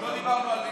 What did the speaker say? לא דיברנו על,